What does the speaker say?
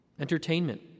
entertainment